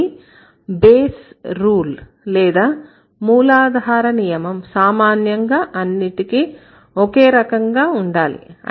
కానీ base rule లేదా మూలాధార నియమం సామాన్యంగా అన్నిటికీ ఒకే రకంగా ఉండాలి